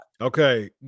Okay